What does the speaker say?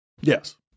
Yes